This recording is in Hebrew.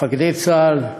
מפקדי צה"ל,